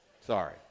Sorry